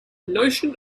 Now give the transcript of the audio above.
notion